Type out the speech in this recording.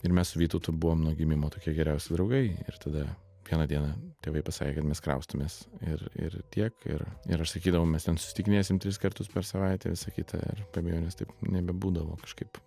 ir mes su vytautu buvom nuo gimimo tokie geriausi draugai ir tada vieną dieną tėvai pasakė kad mes kraustomės ir ir tiek ir ir aš sakydavau mes susitikinėsim tris kartus per savaitę visa kita ir be abejonės taip nebebūdavo kažkaip